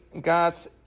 got